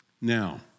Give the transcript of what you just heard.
Now